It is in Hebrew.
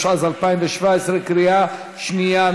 התשע"ז 2017. קריאה שנייה,